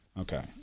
Okay